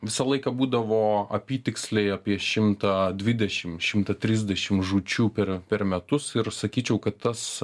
visą laiką būdavo apytiksliai apie šimtą dvidešimt šimtą trisdešimt žūčių per per metus ir sakyčiau kad tas